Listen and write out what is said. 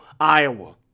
iowa